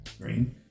Green